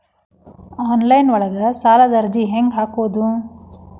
Online ಒಳಗ ಸಾಲದ ಅರ್ಜಿ ಹೆಂಗ್ ಹಾಕುವುದು?